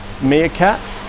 Meerkat